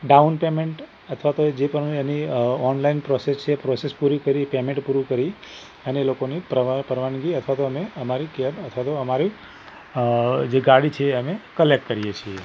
down payment અથવા તો જે પણ એની ઑનલાઇન પ્રૉસેસ છે એ પ્રૉસેસ પૂરી કરી પેમૅન્ટ પૂરું કરી અને લોકોની પ્રવા પરવાનગી અથવા તો અમે અમારી કૅબ અથવા તો અમારી જે ગાડી છે એ અમે કલૅક્ટ કરીએ છીએ